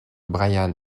bryan